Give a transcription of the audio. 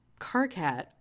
Carcat